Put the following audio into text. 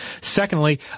Secondly